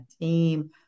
team